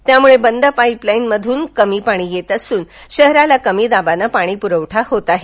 त्यामुळे बंद पाईपलाईन मधून कमी पाणी येत असून शहराला कमी दाबाने पाणीपुरवठा होत आहे